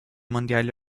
mondial